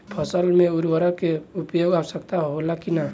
फसल में उर्वरक के उपयोग आवश्यक होला कि न?